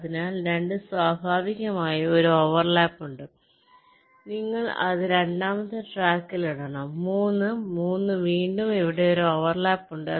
അതിനാൽ 2 സ്വാഭാവികമായും ഒരു ഓവർലാപ്പ് ഉണ്ട് നിങ്ങൾ അത് രണ്ടാമത്തെ ട്രാക്കിൽ ഇടണം 3 3 വീണ്ടും ഇവിടെ ഒരു ഓവർലാപ്പ് ഉണ്ട്